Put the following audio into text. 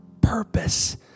purpose